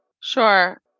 Sure